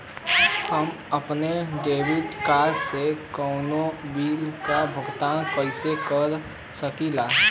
हम अपने debit card से कउनो बिल के भुगतान कइसे कर सकीला?